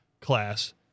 class